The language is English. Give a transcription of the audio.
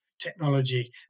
technology